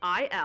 il